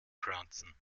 pflanzen